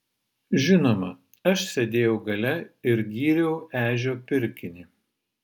žinoma aš sėdėjau gale ir gyriau ežio pirkinį